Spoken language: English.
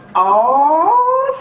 oh